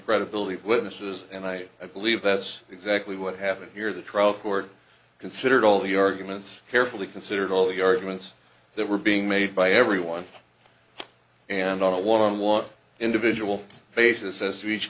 credibility of witnesses and i believe that's exactly what happened here the trial court considered all the arguments carefully considered all the arguments that were being made by everyone and on a one on one individual basis as each